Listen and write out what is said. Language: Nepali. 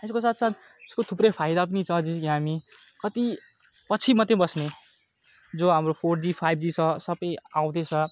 यसको साथ साथ यसको थुप्रै फाइदा पनि छ जस्तो कि हामी कति पछि मत्रै बस्नु जो हाम्रो फोर जी फाइभ जी छ सबै आउँदैछ